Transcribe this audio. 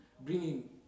bringing